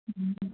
ꯎꯝ